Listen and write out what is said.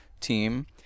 team